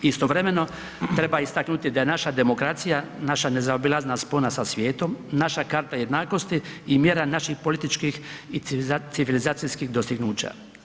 Istovremeno treba istaknuti da je naša demokracija, naša nezaobilazna spona sa svijetom, naša karta jednakosti i mjera naših političkih i civilizacijskih dostignuća.